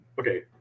okay